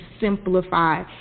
simplify